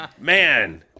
man